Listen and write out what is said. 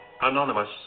anonymous